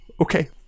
okay